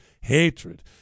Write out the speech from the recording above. hatred